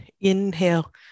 Inhale